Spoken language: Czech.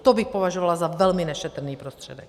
To bych považovala za velmi nešetrný prostředek.